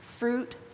fruit